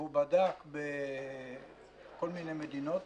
והוא בדק בכל מיני מדינות,